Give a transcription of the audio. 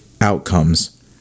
outcomes